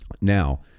now